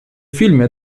filmie